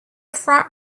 front